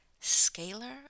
Scalar